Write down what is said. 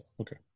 Okay